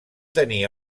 tenir